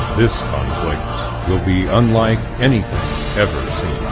this like will be unlike anything ever seen.